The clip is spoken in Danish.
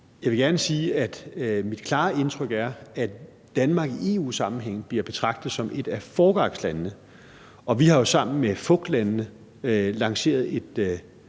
Jeg vil gerne sige, at mit klare indtryk er, at Danmark i EU-sammenhæng bliver betragtet som et af foregangslandene, og vi har jo sammen med landene i